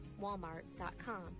walmart.com